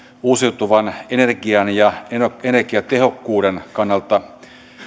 uusiutuvan energian ja energiatehokkuuden kannalta